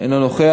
אינו נוכח.